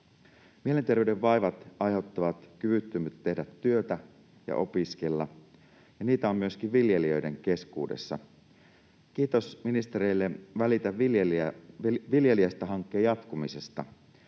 Mielenterveyden vaivat aiheuttavat kyvyttömyyttä tehdä työtä ja opiskella, ja niitä on myöskin viljelijöiden keskuudessa. Kiitos ministereille Välitä viljelijästä -hankkeen jatkumisesta.